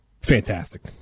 Fantastic